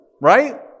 right